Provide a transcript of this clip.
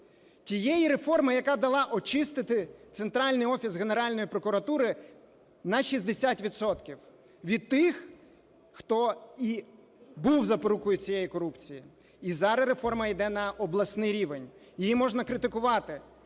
Тієї реформи, яка дала очистити центральний офіс Генеральної прокуратури на 60 відсотків від тих, хто і був запорукою цієї корупції. І зараз реформа іде на обласний рівень. ЇЇ можна критикувати,